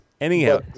Anyhow